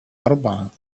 أربعة